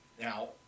Now